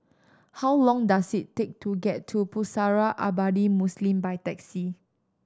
how long does it take to get to Pusara Abadi Muslim by taxi